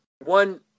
one